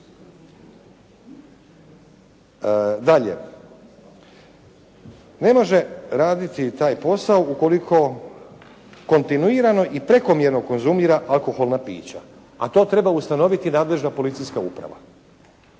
Dalje, ne može raditi taj posao ukoliko kontinuirano i prekomjerno konzumira alkoholna pića. A to treba ustanoviti nadležna policijska uprava.